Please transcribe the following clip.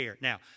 Now